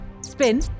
Spin